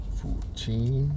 fourteen